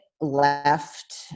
left